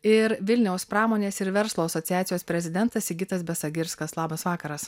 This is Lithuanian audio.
ir vilniaus pramonės ir verslo asociacijos prezidentas sigitas besagirskas labas vakaras